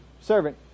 servant